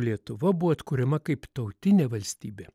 lietuva buvo atkuriama kaip tautinė valstybė